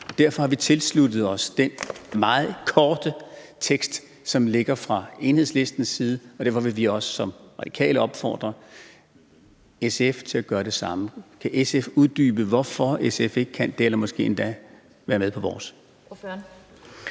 Derfor har vi tilsluttet os den meget korte tekst, som ligger fra Enhedslistens side, og derfor vil Radikale også opfordre SF til at gøre det samme. Kan SF uddybe, hvorfor SF ikke kan det eller måske endda være med på vores?